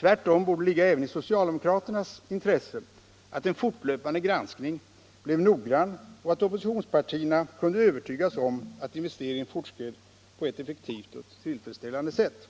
Tvärtom borde det ligga även i socialdemokraternas intresse att en fortlöpande granskning blir noggrann och att oppositionspartierna kunde övertygas om att investeringen fortskred på ett effektivt och tillfredsställande sätt.